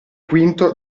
quinto